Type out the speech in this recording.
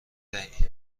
دهیم